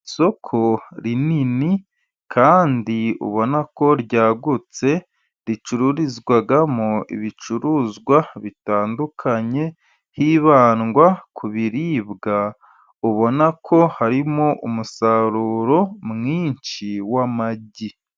Isoko rinini kandi ubona ko ryagutse ricururizwamo ibicuruzwa bitandukanye hibandwa ku biribwa ubona ko harimo umusaruro mwinshi w'amagi.